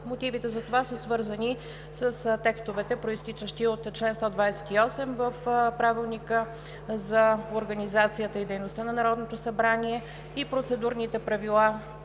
Мотивите са свързани с текстовете, произтичащи от чл. 128 от Правилника за организацията и дейността на Народното събрание и Процедурните правила